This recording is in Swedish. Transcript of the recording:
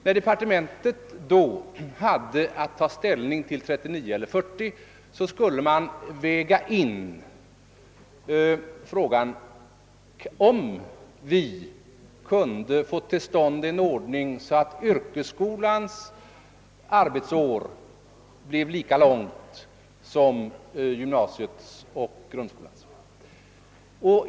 När departementet då hade att ta ställning till spörsmålet om 39 eller 40 arbetsveckor skulle man beakta frågan, om vi kunde få till stånd en ordning som möjliggjorde lika långt arbetsår för yrkesskolan som för gymnasiet och grundskolan.